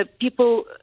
people